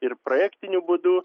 ir projektiniu būdu